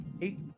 Eight